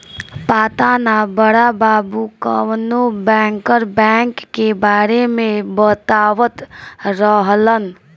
पाता ना बड़ा बाबु कवनो बैंकर बैंक के बारे में बतावत रहलन